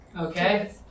Okay